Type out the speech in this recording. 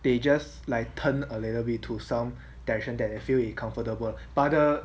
they just like turn a little bit to some direction that they feel it comfortable but the